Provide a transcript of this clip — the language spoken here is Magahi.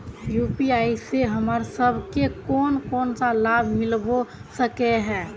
यु.पी.आई से हमरा सब के कोन कोन सा लाभ मिलबे सके है?